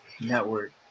network